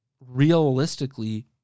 realistically